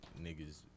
niggas